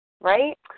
right